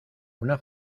una